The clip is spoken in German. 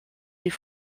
die